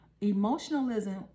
emotionalism